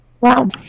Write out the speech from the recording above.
Wow